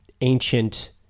ancient